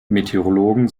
meteorologen